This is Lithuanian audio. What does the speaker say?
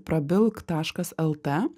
prabilk taškas lt